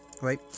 right